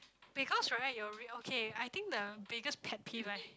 because right your real okay I think the biggest pet peeve right